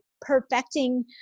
perfecting